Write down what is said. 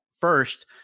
first